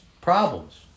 problems